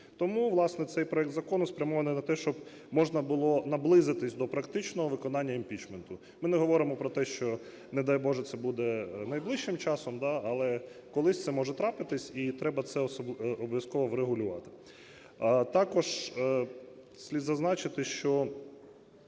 Тому власне цей проект закону спрямований на те, щоб можна було наблизитись до практичного виконання імпічменту. Ми не говоримо про те, що не дай Боже це буде найближчим часом, але колись це може трапитись і треба це обов'язково врегулювати. Також слід зазначити, що